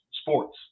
sports